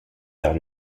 vers